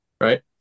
right